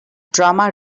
drama